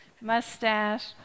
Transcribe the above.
mustache